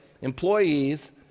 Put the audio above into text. employees